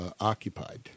occupied